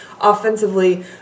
offensively